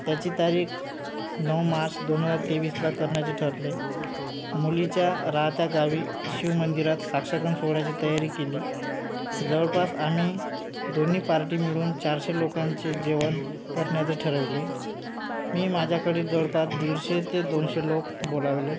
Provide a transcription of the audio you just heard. त्याची तारीख नऊ मार्च दोन हजार तेवीसला करण्याचे ठरले मुलीच्या राहत्या गावी शिव मंदिरात साक्षगंध सोहळ्याची तयारी केली जवळपास आम्ही दोन्ही पार्टी मिळून चारशे लोकांचे जेवण करण्याचं ठरवले मी माझ्याकडील जवळपास दीडशे ते दोनशे लोक बोलावले